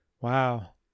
wow